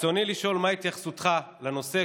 ברצוני לשאול: מה התייחסותך לנושא,